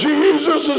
Jesus